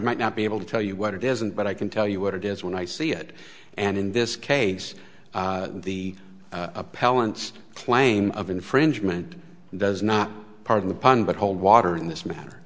might not be able to tell you what it isn't but i can tell you what it is when i see it and in this case the appellant's claim of infringement does not pardon the pun but hold water in this matter